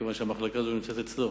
מכיוון שהמחלקה הזאת נמצאת אצלו.